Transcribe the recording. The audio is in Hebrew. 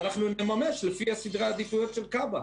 ואנחנו נממש לפי סדרי העדיפיות של כב"א,